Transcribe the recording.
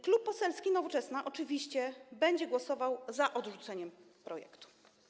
Klub Poselski Nowoczesna oczywiście będzie głosował za odrzuceniem projektu.